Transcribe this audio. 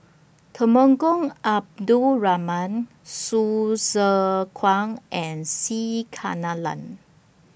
Temenggong Abdul Rahman Hsu Tse Kwang and C Kunalan